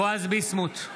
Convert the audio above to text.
בועז ביסמוט,